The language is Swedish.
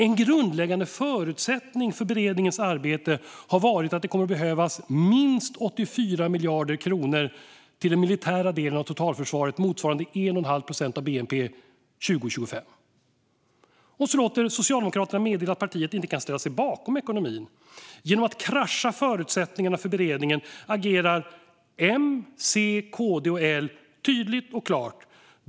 En grundläggande förutsättning för beredningens arbete har varit att det kommer att behövas minst 84 miljarder kronor till den militära delen av totalförsvaret - motsvarande 1,5 procent av bnp 2025. Och så låter Socialdemokraterna meddela att partiet inte kan ställa sig bekom ekonomin. Genom att krascha förutsättningarna för beredningen agerar M, C, KD och L tydligt och klart.